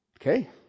Okay